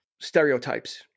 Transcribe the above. stereotypes